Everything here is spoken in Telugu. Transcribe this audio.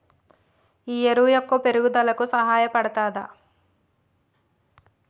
ఈ ఎరువు మొక్క పెరుగుదలకు సహాయపడుతదా?